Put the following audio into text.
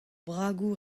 bragoù